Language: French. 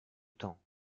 temps